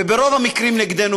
וברוב המקרים נגדנו?